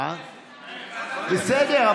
בסדר,